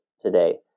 today